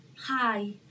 hi